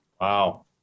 Wow